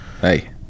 hey